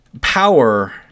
power